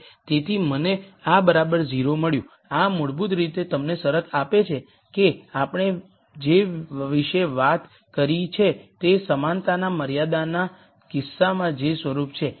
તેથી મને આ બરાબર 0 મળ્યું આ મૂળભૂત રીતે તમને શરત આપે છે કે આપણે જે વિશે વાત કરી છે તે સમાનતાના મર્યાદાના કિસ્સામાં જે સ્વરૂપ છે